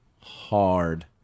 hard